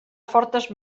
fortes